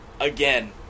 again